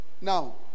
Now